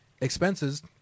expenses